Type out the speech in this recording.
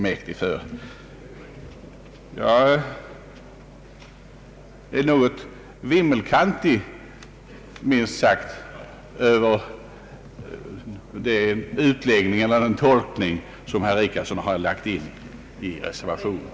Jag är något vimmelkantig, minst sagt, över den tolkning herr Richardson har gjort av reservationen.